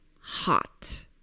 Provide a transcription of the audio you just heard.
hot